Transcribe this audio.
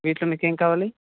వీటిలో మీకు ఏమి కావాలి